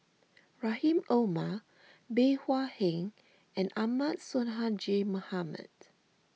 Rahim Omar Bey Hua Heng and Ahmad Sonhadji Mohamad